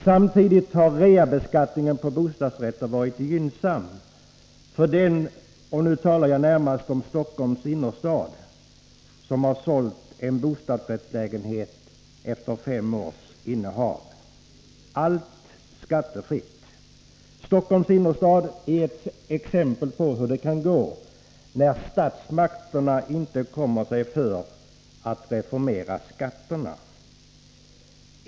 Samtidigt har reavinstbeskattningen på bostadsrätter varit gynnsam för den som -— jag talar nu närmast om Stockholms innerstad — har sålt en bostadsrättslägenhet efter fem års innehav helt skattefritt. Stockholms innerstad är ett exempel på hur det kan gå när statsmakterna inte kommer sig för att reformera skatterna.